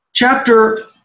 Chapter